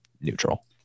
neutral